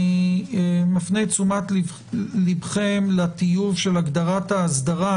אני מפנה תשומת לבכם לטיוב של הגדרת האסדרה,